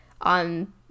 on